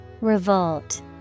Revolt